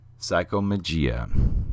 Psychomagia